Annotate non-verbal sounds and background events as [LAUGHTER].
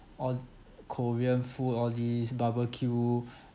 all uh korean food all these barbecue [BREATH]